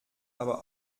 aber